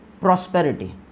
prosperity